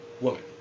woman